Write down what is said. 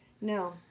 No